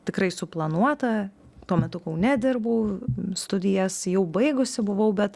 tikrai suplanuota tuo metu kaune dirbau studijas jau baigusi buvau bet